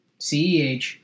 CEH